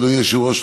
אדוני היושב-ראש,